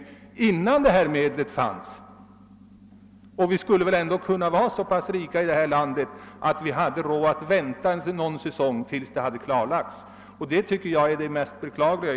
Vi är väl i alla fall så rika i det här landet att vi borde ha råd att vänta en säsong till dess hithörande spörsmål klarlagts.